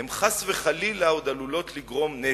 הן חס וחלילה עוד עלולות לגרום נזק.